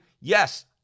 yes